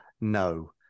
No